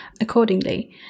accordingly